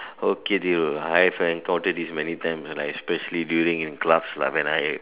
okay Thiru I have encountered this many times like especially during in class lah when I